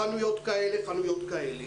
חנויות כאלה וכאלה,